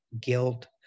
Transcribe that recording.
guilt